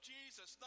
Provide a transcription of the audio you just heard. Jesus